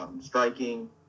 striking